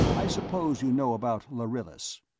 i suppose you know about lharillis.